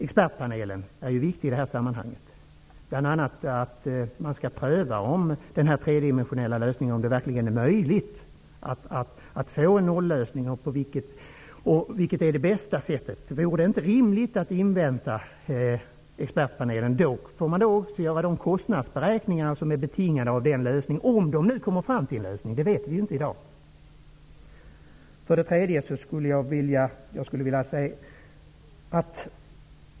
Expertpanelen är viktig i sammanhanget, bl.a. när det gäller att pröva den tredimensionella lösningen, om en nollösning verkligen är möjligt. Vilket är det bästa sättet? Vore det inte rimligt att invänta expertpanelen? Då får man också göra de kostnadsberäkningar som är betingade av en lösning -- om man nu kommer fram till en lösning; det vet vi inte i dag.